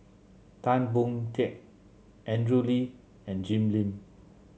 Tan Boon Teik Andrew Lee and Jim Lim